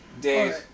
Dave